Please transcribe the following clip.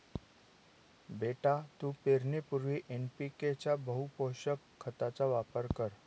बेटा तू पेरणीपूर्वी एन.पी.के च्या बहुपोषक खताचा वापर कर